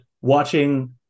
watching